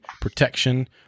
protection